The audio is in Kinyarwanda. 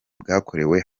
bwakorewe